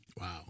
Wow